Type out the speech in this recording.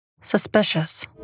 Suspicious